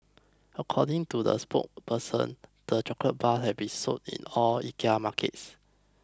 according to the spokesperson the chocolate bars have been sold in all IKEA markets